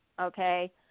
Okay